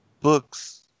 books